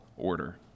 Order